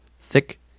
thick